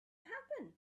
happen